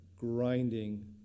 grinding